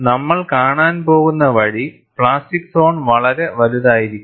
നമ്മൾ കാണാൻ പോകുന്ന വഴി പ്ലാസ്റ്റിക് സോൺ വളരെ വലുതായിരിക്കും